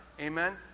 Amen